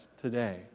today